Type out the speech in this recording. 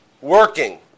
working